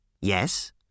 Yes